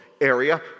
area